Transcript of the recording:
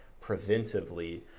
preventively